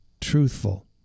truthful